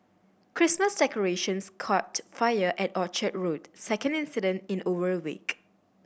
Christmas decorations caught fire at Orchard Road second incident in over a week